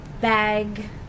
bag